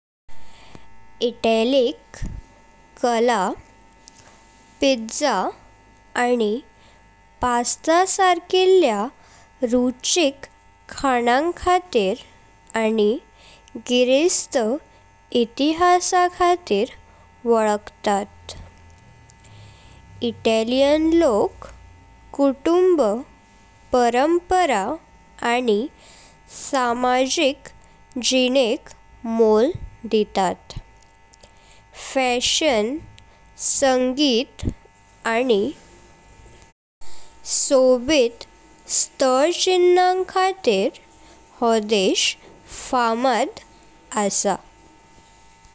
इटलीक काळा, पिझ्झा, आनी पास्ता सारकिल्ल्या रुचिक खाणा खातीर आनी गिरेस्थ इतिहासाक खातीर वलखतात। इटालियन लोक कुटुंब, परंपरा आनी सामाजिक जीनेक मोल दितात। फॅशन, संगीत आनी सोबित स्थलचिन्ह खातीर हो देश फामाद असा।